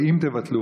או האם תבטלו,